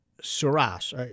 Suras